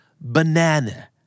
Banana